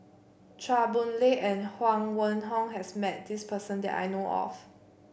Chua Boon Lay and Huang Wenhong has met this person that I know of